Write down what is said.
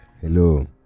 hello